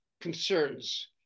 concerns